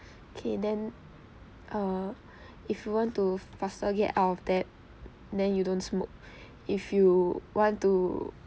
okay then uh if you want to faster get out of debt then you don't smoke if you want to